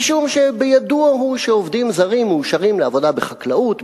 משום שבידוע הוא שעובדים זרים מאושרים לעבודה בחקלאות,